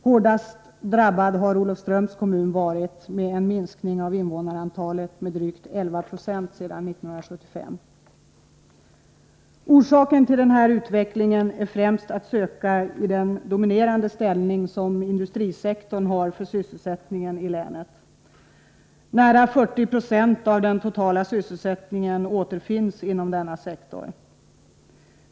Hårdast drabbad har Olofströms kommun varit med en minskning av invånarantalet med drygt 11 96 sedan 1975. Orsaken till denna utveckling är främst att söka i den dominerande ställning som industrisektorn har för sysselsättningen i länet. Nära 40 96 av den totala sysselsättningen återfinns inom denna sektor.